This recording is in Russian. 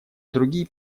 другие